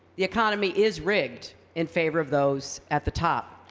the economy is rigged in favor of those at the top.